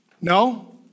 No